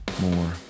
more